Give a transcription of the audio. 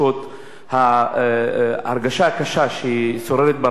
ההרגשה הקשה ששוררת ברחוב הדרוזי.